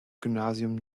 gymnasium